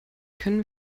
können